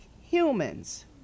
humans